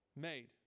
made